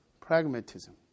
Pragmatism